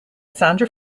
sandra